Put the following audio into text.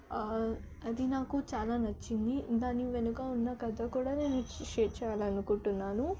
అది నాకు చాలా నచ్చింది దాని వెనుక ఉన్న కథ కూడా నేను షేర్ చేయాలని అనుకుంటున్నాను